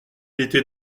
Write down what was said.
était